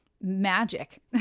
magic